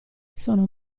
sono